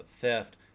theft